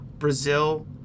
brazil